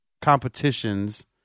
competitions